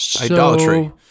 Idolatry